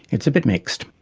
it's a bit mixed.